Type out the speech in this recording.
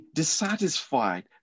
dissatisfied